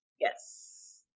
Yes